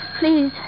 Please